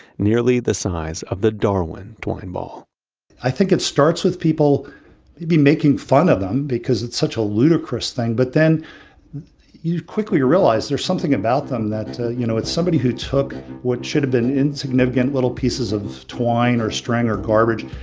nearly the size of the darwin twine ball i think it starts with people maybe making fun of them, because it's such a ludicrous thing, but then you quickly realize there's something about them that, you know, it's somebody who took what should have been insignificant little pieces of twine or string or garbage,